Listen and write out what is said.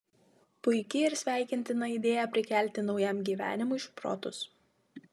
puiki ir sveikintina idėja prikelti naujam gyvenimui šprotus